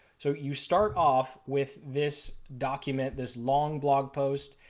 so you start off with this document, this long blog post,